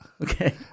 Okay